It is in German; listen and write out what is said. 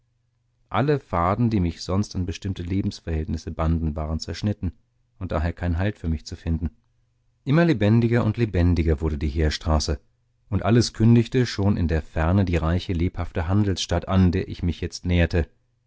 alle faden die mich sonst an bestimmte lebensverhältnisse banden waren zerschnitten und daher kein halt für mich zu finden immer lebendiger und lebendiger wurde die heerstraße und alles kündigte schon in der ferne die reiche lebhafte handelsstadt an der ich mich jetzt näherte